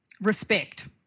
respect